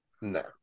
No